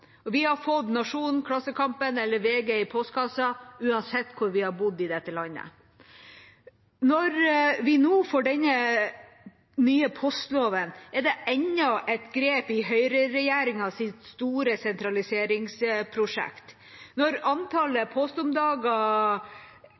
Berlevåg. Vi har fått Nationen, Klassekampen eller VG i postkassa uansett hvor vi har bodd i dette landet. Når vi nå får denne nye postloven, er det enda et grep i høyreregjeringas store sentraliseringsprosjekt. Når antallet